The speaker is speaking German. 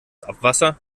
abwasser